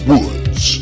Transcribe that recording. Woods